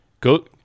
Go